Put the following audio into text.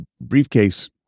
briefcase